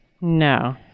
No